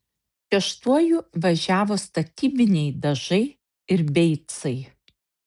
šeštuoju važiavo statybiniai dažai ir beicai